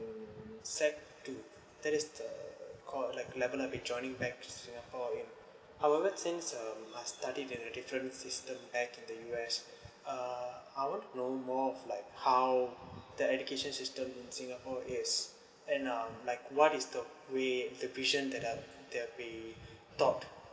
sec two that is the call like level I'll be joining back to singapore in I would like since uh study with a different system back to the U_S uh I want to know more of like how the education system in singapore is and um like what is the way the vision that um that'll be tought